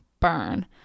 burn